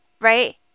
right